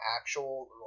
actual